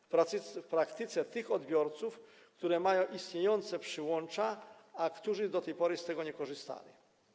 W praktyce dotyczy to tych odbiorców, którzy mają istniejące przyłącza, a którzy do tej pory z tego nie korzystali.